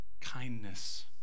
kindness